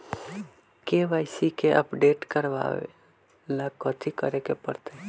KYC के update करवावेला कथि करें के परतई?